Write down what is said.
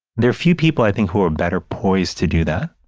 there are few people, i think, who are better poised to do that.